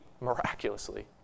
miraculously